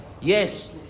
yes